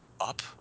up